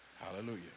Hallelujah